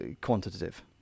quantitative